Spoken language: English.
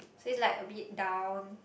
so it's like a bit down